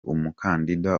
umukandida